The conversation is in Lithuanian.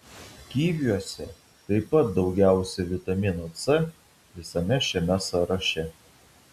kiviuose taip pat daugiausiai vitamino c visame šiame sąraše